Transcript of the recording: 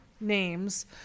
names